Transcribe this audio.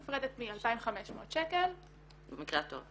נפרדת מ-2500 שקל -- במקרה הטוב.